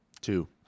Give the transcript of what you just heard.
two